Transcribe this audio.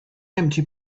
empty